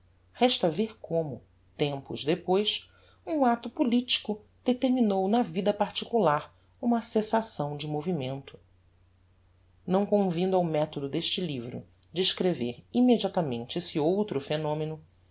resta ver como tempos depois um acto politico determinou na vida particular uma cessação de movimento não convindo ao methodo deste livro descrever immediatamente esse outro phenomeno